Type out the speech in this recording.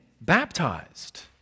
baptized